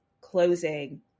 closing